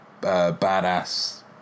badass